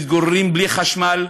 מתגוררים בלי חשמל,